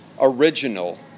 original